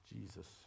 Jesus